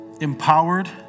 empowered